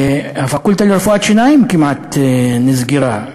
הפקולטה לרפואת שיניים כמעט נסגרה.